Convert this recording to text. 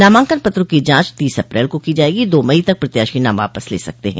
नामांकन पत्रों की जांच तीस अप्रैल को की जायेगी दो मई तक प्रत्याशी नाम वापस ले सकते हैं